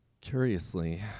curiously